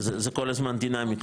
זה כל הזמן דינמי,